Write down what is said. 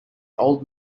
old